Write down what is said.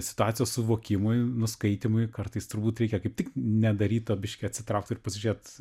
situacijos suvokimui nuskaitymui kartais turbūt reikia kaip tik nedaryt o biškį atsitraukt ir pažiūrėt